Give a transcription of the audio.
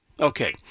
Okay